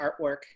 artwork